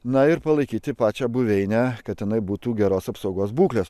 na ir palaikyti pačią buveinę kad tenai būtų geros apsaugos būklės